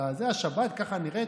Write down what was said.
השבת ככה נראית?